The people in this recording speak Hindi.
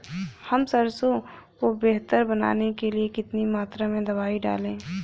हम सरसों को बेहतर बनाने के लिए कितनी मात्रा में दवाई डालें?